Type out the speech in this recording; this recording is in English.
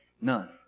None